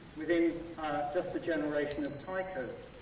within just a generation of tycho's.